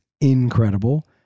incredible